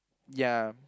ya